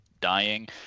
dying